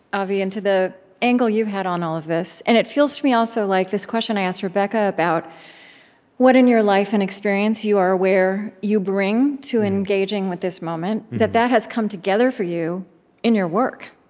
avi, into the angle you've had on all of this. and it feels to me, also, like this question i asked rebecca about what in your life and experience you are aware you bring to engaging with this moment, that that has come together for you in your work.